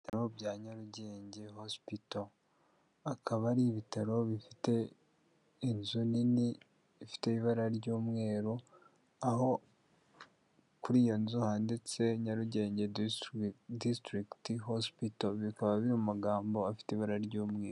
Ibitaro bya Nyarugenge hospital. Akaba ari ibitaro bifite inzu nini ifite ibara ry'umweru, aho kuri iyo nzu handitse Nyarugenge district hospital, bikaba biri mu magambo afite ibara ry'umweru.